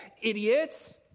idiots